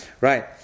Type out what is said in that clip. Right